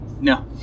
No